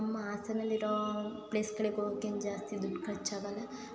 ನಮ್ಮ ಹಾಸನಲ್ಲಿರೋ ಪ್ಲೇಸ್ಗಳಿಗೆ ಹೋಗೋಕೆ ಏನು ಜಾಸ್ತಿ ಏನು ದುಡ್ಡು ಖರ್ಚಾಗಲ್ಲ